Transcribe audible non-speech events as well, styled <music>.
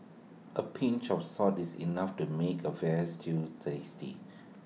A pinch of salt is enough to make A Veal Stew tasty <noise>